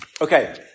Okay